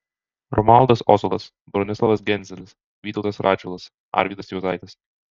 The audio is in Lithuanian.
romualdas ozolas bronislovas genzelis vytautas radžvilas arvydas juozaitis